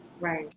Right